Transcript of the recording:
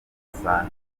usanga